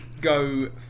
go